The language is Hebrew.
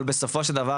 אבל בסופו של דבר,